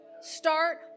Start